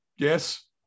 Yes